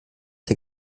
der